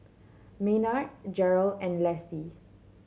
Maynard Jerel and Lassie